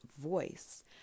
voice